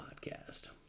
podcast